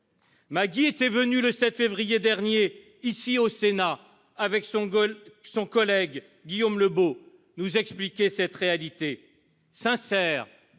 Maggy était venue au Sénat, le 7 février dernier, avec son collègue Guillaume Lebeau, nous expliquer cette réalité. Sincère,